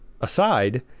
aside